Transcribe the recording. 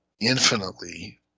infinitely